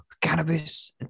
cannabis